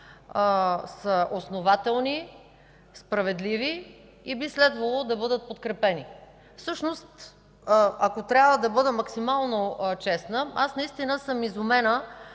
с основателни, справедливи и би следвало да бъдат подкрепени. Всъщност, ако трябва да бъда максимално честна, аз наистина съм изумена